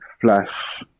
Flash